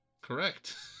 Correct